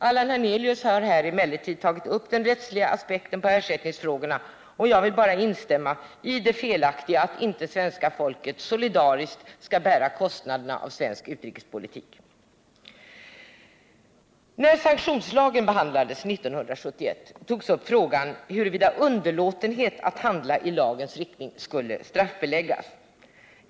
Allan Hernelius har här emellertid tagit upp den rättsliga aspekten på ersättningsfrågan, och jag vill bara instämma i det felaktiga i att svenska folket inte solidariskt skall bära kostnaderna för svensk utrikespolitik. När sanktionslagen behandlades 1971 togs frågan upp huruvida underlåtenhet att handla i lagens riktning skulle straffbeläggas.